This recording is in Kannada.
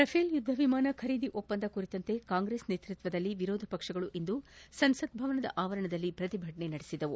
ರಫೆಲ್ ಯುದ್ಧವಿಮಾನ ಖರೀದಿ ಒಪ್ಪಂದ ಕುರಿತಂತೆ ಕಾಂಗ್ರೆಸ್ ನೇತೃಕ್ವದಲ್ಲಿ ವಿರೋಧ ಪಕ್ಷಗಳು ಇಂದು ಸಂಸತ್ ಭವನದ ಆವರಣದಲ್ಲಿ ಪ್ರತಿಭಟನೆ ನಡೆಸಿದವು